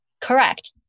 Correct